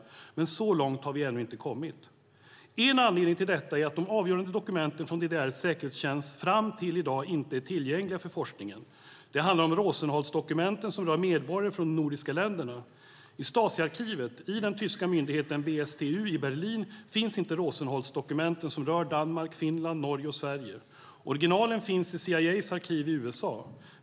Men så långt har vi ännu inte kommit. En anledning till detta är att de avgörande dokumenten från DDR:s säkerhetstjänst fram till i dag inte är tillgängliga för forskningen. Det handlar om Rosenholz-dokumenten som rör medborgare från de nordiska länderna. I Stasiarkivet, i den tyska myndigheten BStU i Berlin, finns inte Rosenholz-dokumenten som rör Danmark, Finland, Norge och Sverige. Originalen finns i CIA:s arkiv i USA.